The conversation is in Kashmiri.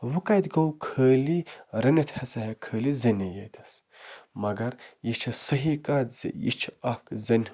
وۄنۍ کَتہِ گوٚو خالی رٔنِتھ ہسا ہٮ۪کہِ خالی زٔنی ییتس مگر یہِ چھِ صحیح کَتھ زِ یہِ چھِ اَکھ زَنہِ